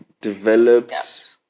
developed